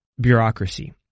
bureaucracy